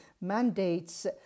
mandates